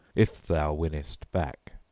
if thou winnest back.